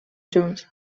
junts